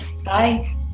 Bye